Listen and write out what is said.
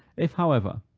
if, however,